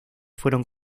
fueron